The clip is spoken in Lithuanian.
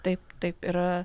taip taip ir